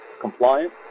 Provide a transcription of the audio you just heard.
compliant